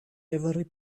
every